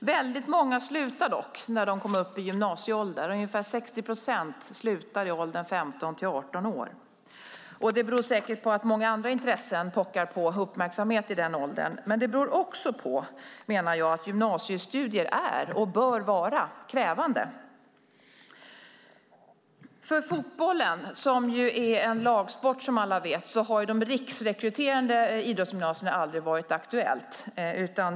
Väldigt många slutar dock när de kommer upp i gymnasieåldern. Ungefär 60 procent slutar i åldern 15-18 år. Det beror säkert på att många andra intressen pockar på uppmärksamhet i den åldern. Men det beror också på, menar jag, att gymnasiestudier är och bör var krävande. För fotbollen, som är en lagsport som alla vet, har de riksrekryterande idrottsgymnasierna aldrig varit aktuella.